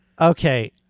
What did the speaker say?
Okay